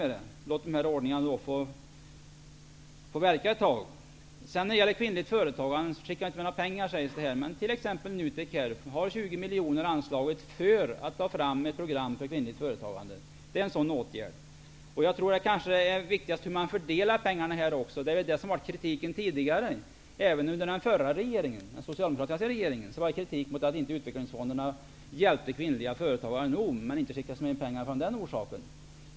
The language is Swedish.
Vi får låta den här ordningen verka ett tag. Birgitta Johansson sade vidare att vi inte heller skickade med några pengar när det gäller kvinnligt företagande. NUTEK har t.ex. 20 miljoner anslaget för att ta fram ett program för kvinnligt företagande. Det är en sådan åtgärd. Det viktigaste är nog hur man fördelar pengarna. Det var mot detta som kritiken tidigare riktades. Även under den socialdemokratiska regeringen fördes det kritik mot att utvecklingsfonderna inte hjälpte kvinnliga företgare tillräcklig. Men inte skickades det med mera pengar av den orsaken.